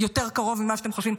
יותר קרוב ממה שאתם חושבים,